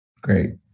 Great